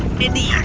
mindy, yeah